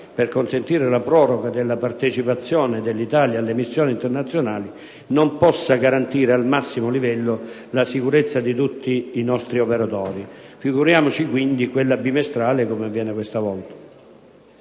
per consentire la proroga della partecipazione dell'Italia alle missioni internazionali, non possa garantire al massimo livello la sicurezza di tutti i nostri operatori; figuriamoci quindi quella bimestrale come avviene stavolta.